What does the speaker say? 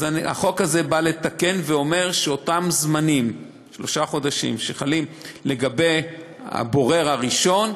אז החוק הזה בא לתקן והוא אומר שאותם זמנים שחלים לגבי הבורר הראשון,